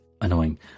Annoying